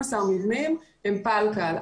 12 מבנים הם פלקל,